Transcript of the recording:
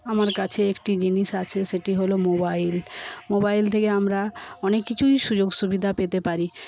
আমার কাছে একটি জিনিস আছে সেটি হলো মোবাইল মোবাইল থেকে আমরা অনেক কিছুই সুযোগ সুবিধা পেতে পারি